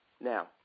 Now